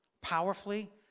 powerfully